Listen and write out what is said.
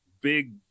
big